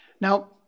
Now